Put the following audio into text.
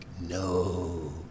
No